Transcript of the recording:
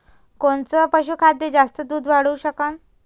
कोनचं पशुखाद्य जास्त दुध वाढवू शकन?